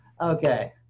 Okay